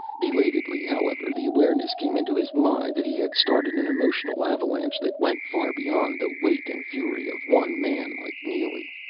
belatedly, however, the awareness came into his mind that he had started an emotional avalanche that went far beyond the weight and fury of one man like neely.